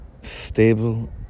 stable